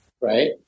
right